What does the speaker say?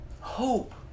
Hope